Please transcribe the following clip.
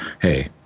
hey